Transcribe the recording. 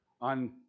on